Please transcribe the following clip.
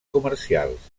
comercials